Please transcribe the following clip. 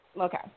Okay